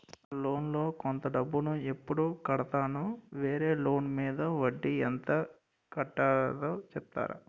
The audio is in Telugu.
అసలు లోన్ లో కొంత డబ్బు ను ఎప్పుడు కడతాను? వేరే లోన్ మీద వడ్డీ ఎంత కట్తలో చెప్తారా?